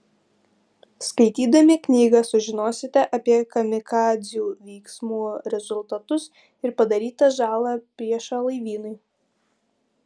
skaitydami knygą sužinosite apie kamikadzių veiksmų rezultatus ir padarytą žalą priešo laivynui